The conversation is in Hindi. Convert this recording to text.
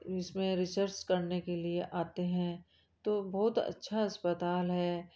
इस में रिसर्च करने के लिए आते हैं तो बहुत अच्छा अस्पताल है